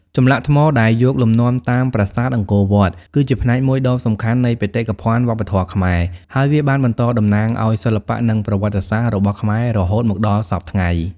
ចម្លាក់ថ្មដែលយកលំនាំតាមប្រាសាទអង្គរវត្ត គឺជាផ្នែកមួយដ៏សំខាន់នៃបេតិកភណ្ឌវប្បធម៌ខ្មែរ ហើយវាបានបន្តតំណាងឲ្យសិល្បៈនិងប្រវត្តិសាស្ត្ររបស់ខ្មែររហូតមកដល់សព្វថ្ងៃ។